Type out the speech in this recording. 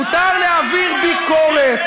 מותר להעביר ביקורת.